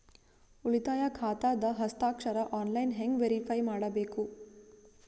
ಉಳಿತಾಯ ಖಾತಾದ ಹಸ್ತಾಕ್ಷರ ಆನ್ಲೈನ್ ಹೆಂಗ್ ವೇರಿಫೈ ಮಾಡಬೇಕು?